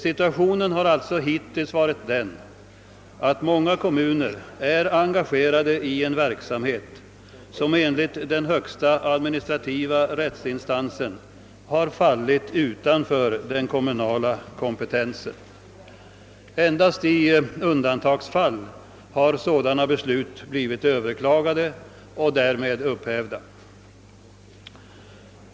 Hittills har situationen alltså varit den att många kommuner har engagerat sig i en verksamhet, som enligt den högsta administrativa rättsinstansen faller utanför den kommunala kompetensen. Endast i undantagsfall har sådana beslut blivit överklagade och därmed upphävda.